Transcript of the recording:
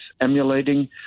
emulating